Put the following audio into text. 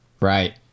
Right